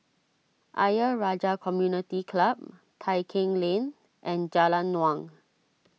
Ayer Rajah Community Club Tai Keng Lane and Jalan Naung